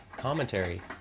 Commentary